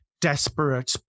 desperate